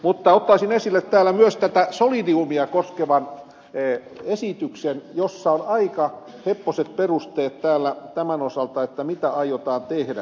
mutta ottaisin esille täällä myös solidiumia koskevan esityksen jossa on aika heppoiset perusteet tämän osalta mitä aiotaan tehdä